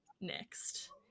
next